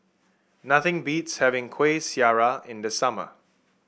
nothing beats having Kuih Syara in the summer